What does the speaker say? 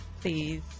please